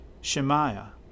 Shemaiah